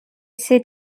c’est